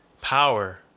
power